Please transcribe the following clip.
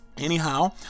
Anyhow